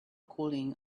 cooling